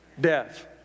Death